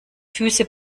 füße